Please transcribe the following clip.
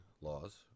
laws